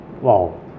Wow